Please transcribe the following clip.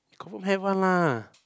confirm have one lah